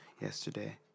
yesterday